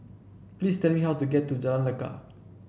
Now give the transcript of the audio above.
please tell me how to get to Jalan Lekar